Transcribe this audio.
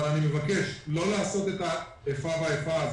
אבל אני מבקש לא לעשות איפה ואיפה,